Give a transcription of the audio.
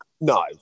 No